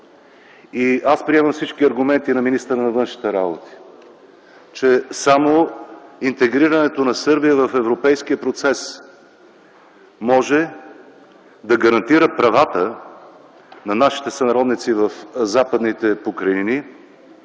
Аз приемам всички аргументи на министъра на външните работи, че само интегрирането на Сърбия в европейския процес може да гарантира правата на нашите сънародници в Западните покрайнини,